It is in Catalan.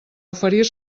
oferir